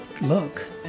look